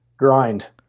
Grind